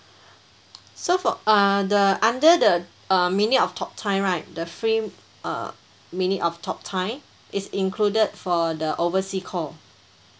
so for uh the under the uh minute of talk time right the free uh minute of talk time is included for the oversea call